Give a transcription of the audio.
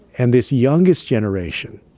and this youngest generation,